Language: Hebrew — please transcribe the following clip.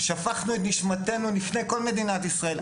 שפכנו את נשמתנו בפני כל מדינת ישראל.